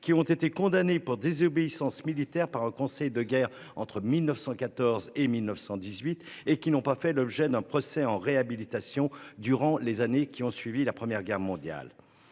qui ont été condamné pour désobéissance militaire par un conseil de guerre entre 1914 et 1918 et qui n'ont pas fait l'objet d'un procès en réhabilitation durant les années qui ont suivi la première guerre mondiale.